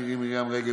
מירי מרים רגב,